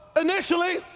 initially